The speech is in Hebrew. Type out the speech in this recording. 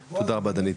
דנית.